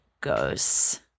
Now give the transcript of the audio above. goes